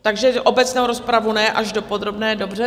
Takže obecnou rozpravu ne, až do podrobné, dobře.